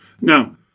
Now